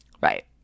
Right